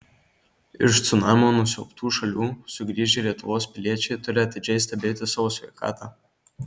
iš cunamio nusiaubtų šalių sugrįžę lietuvos piliečiai turi atidžiai stebėti savo sveikatą